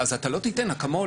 אז אתה לא תיתן אקמול.